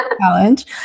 challenge